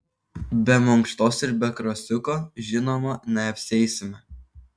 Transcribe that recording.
be mankštos ir be krosiuko žinoma neapsieisime